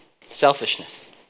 Selfishness